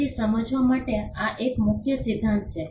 તેથી સમજવા માટે આ એક મુખ્ય સિદ્ધાંત છે